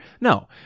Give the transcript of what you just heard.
No